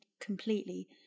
completely